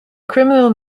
criminal